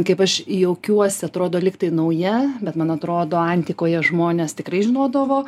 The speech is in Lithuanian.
kaip aš juokiuosi atrodo lyg tai nauja bet man atrodo antikoje žmonės tikrai žinodavo